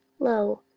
lo,